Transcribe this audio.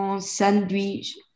sandwich